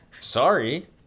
sorry